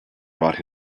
brought